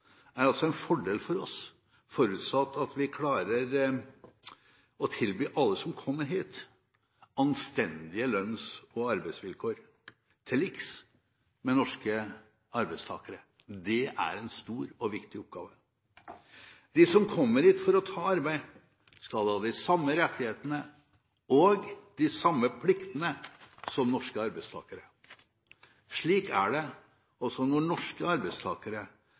er altså en fordel for oss, forutsatt at vi klarer å tilby alle som kommer hit, anstendige lønns- og arbeidsvilkår, til liks med norske arbeidstakere. Det er en stor og viktig oppgave. De som kommer hit for å ta arbeid, skal ha de samme rettighetene og de samme pliktene som norske arbeidstakere. Slik er det også når norske arbeidstakere